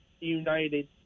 United